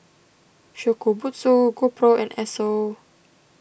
Shokubutsu GoPro and Esso